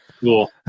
Cool